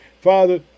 Father